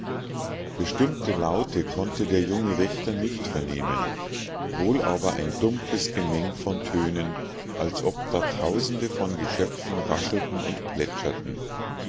bestimmte laute konnte der junge wächter nicht vernehmen wohl aber ein dumpfes gemeng von tönen als ob da tausende von geschöpfen raschelten und plätscherten